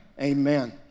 Amen